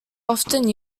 often